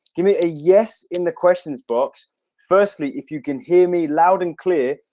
give me a yes in the questions box firstly if you can hear me loud and clear,